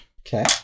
Okay